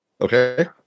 Okay